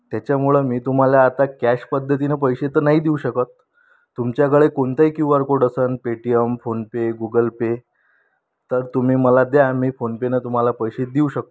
त्याच्यामुळं मी तुम्हाला आता कॅश पद्धतीनं पैसे तर नाही देऊ शकत तुमच्याकडे कोणतही क्यू आर कोड असन पेटीएम फोनपे गूगल पे तर तुम्ही मला द्या मी फोनपेनं तुम्हाला पैसे देऊ शकतो